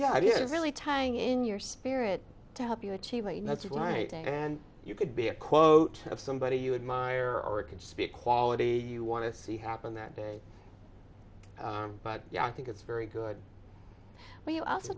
is really tiring in your spirit to help you achieve that's right and you could be a quote of somebody you admire or could speak quality you want to see happen that day but yeah i think it's very good but you also